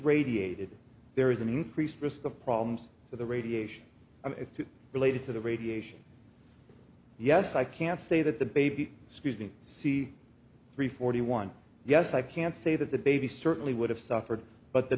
radiated there is an increased risk of problems with the radiation related to the radiation yes i can say that the baby scuse me c three forty one yes i can say that the baby certainly would have suffered but the